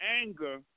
anger